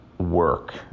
work